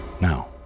Now